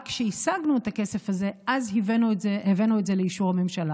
רק כשהשגנו את הכסף הזה הבאנו את זה לאישור הממשלה.